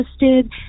interested